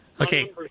Okay